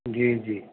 جی جی